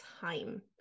time